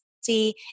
see